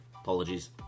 Apologies